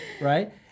right